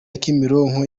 kimironko